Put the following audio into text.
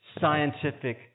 scientific